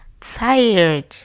tired